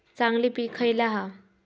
चांगली पीक खयला हा?